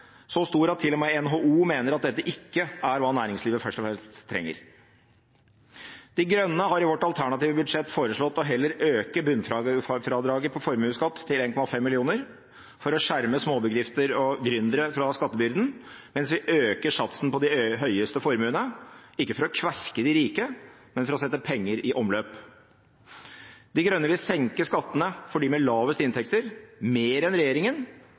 så stor at til og med NHO mener at dette ikke er hva næringslivet først og fremst trenger. Miljøpartiet De Grønne har i vårt alternative budsjett foreslått heller å øke bunnfradraget på formuesskatt til 1,5 mill. kr, for å skjerme småbedrifter og gründere fra skattebyrden, mens vi øker satsen på de høyeste formuene – ikke for å kverke de rike, men for å sette penger i omløp. Miljøpartiet De Grønne vil senke skattene for dem med lavest inntekter mer enn regjeringen,